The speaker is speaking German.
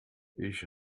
ich